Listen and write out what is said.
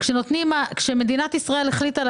לא מצביעים